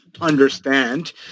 understand